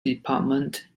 department